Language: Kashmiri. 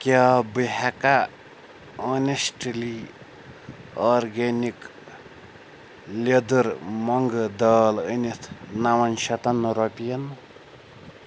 کیٛاہ بہٕ ہٮ۪کا آنٮ۪سٹلی آرگینِک لیدٕر مۄنٛگہٕ دال أنِتھ نون شیٚتَن رۄپیَن